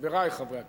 חברַי חברי הכנסת,